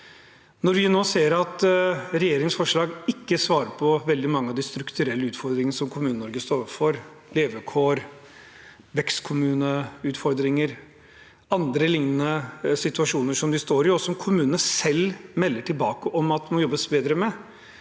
Når vi nå ser at regjeringens forslag ikke svarer på veldig mange av de strukturelle utfordringene som Kommune-Norge står overfor – levekår, vekstkommuneutfordringer og andre lignende situasjoner som kommunene står i, og som de selv melder tilbake om at det må jobbes bedre med: